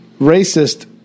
racist